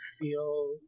feel